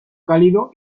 cálido